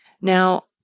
Now